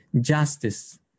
justice